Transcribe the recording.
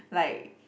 like